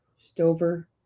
stover